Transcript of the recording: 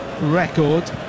record